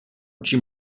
jim